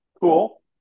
Cool